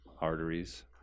arteries